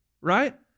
right